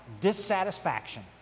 dissatisfaction